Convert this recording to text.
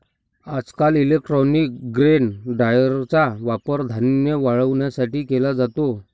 आजकाल electronic grain ड्रायरचा वापर धान्य वाळवण्यासाठी केला जातो